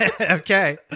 Okay